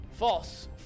False